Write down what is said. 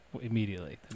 immediately